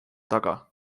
taga